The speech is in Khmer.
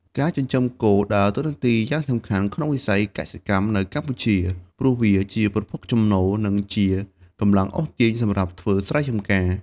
ការចិញ្ចឹមគោដើរតួនាទីយ៉ាងសំខាន់ក្នុងវិស័យកសិកម្មនៅកម្ពុជា ព្រោះវាជាប្រភពចំណូល និងជាកម្លាំងអូសទាញសម្រាប់ធ្វើស្រែចម្ការ។